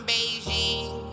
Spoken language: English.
Beijing